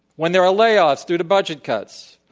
when there are layoffs due to budget cuts,